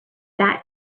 that